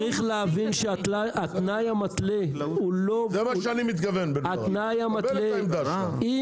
זה מה שאני מתכוון בדבריי, מקבל את העמדה שלך.